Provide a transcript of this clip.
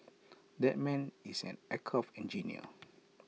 that man is an aircraft engineer